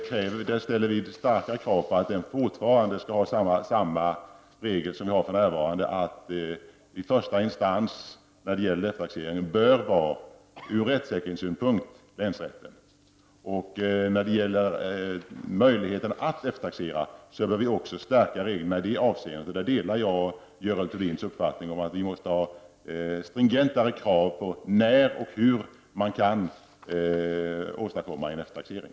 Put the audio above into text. Vi ställer starka krav på att det fortfarande skall vara samma regel som vi har för närvarande, att den första instansen när det gäller eftertaxering ur rättssäkerhetssynpunkt bör vara länsrätten. När det gäller möjligheten att eftertaxera vill vi stärka reglerna. Där delar jag Görel Thurdins uppfattning att vi måste ha stringentare krav på när och hur man kan åstadkomma eftertaxering.